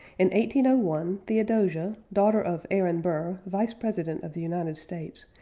and one theodosia, daughter of aaron burr, vice-president of the united states,